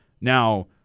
Now